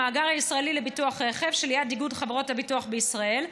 המאגר הישראלי לביטוח רכב שליד איגוד חברות הביטוח בישראל,